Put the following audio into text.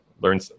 learn